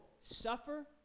suffer